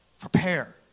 Prepare